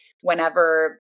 whenever